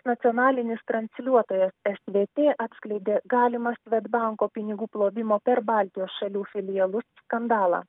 nacionalinis transliuotojas svt atskleidė galimą svedbanko pinigų plovimo per baltijos šalių filialus skandalą